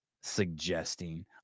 Suggesting